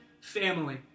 family